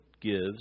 gives